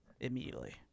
immediately